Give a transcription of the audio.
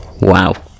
Wow